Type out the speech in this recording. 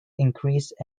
increased